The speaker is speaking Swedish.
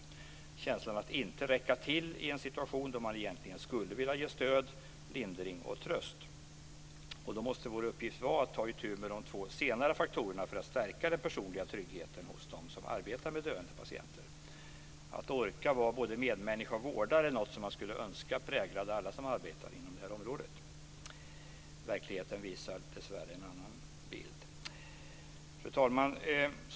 Man kan få en känsla av att inte räcka till i en situation där man egentligen skulle vilja ge stöd, lindring och tröst. Vår uppgift måste då vara att ta itu med de två senare faktorerna för att stärka den personliga tryggheten hos dem som arbetar med döende patienter. Att orka vara både medmänniska och vårdare är något som man skulle önska präglade alla som arbetar inom det här området. Verkligheten visar dessvärre en annan bild. Fru talman!